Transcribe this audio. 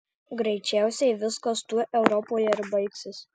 greičiausiai viskas tuo europoje ir baigsis